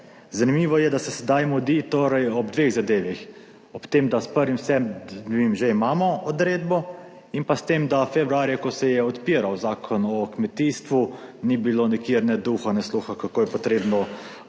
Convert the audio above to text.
Zanimivo je, da se sedaj mudi, torej ob dveh zadevah. Ob tem, da s 1. 7. že imamo odredbo in pa s tem, da februarja, ko se je odpiral Zakon o kmetijstvu, ni bilo nikjer ne duha ne sluha, kako je potrebno to